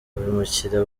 abimukira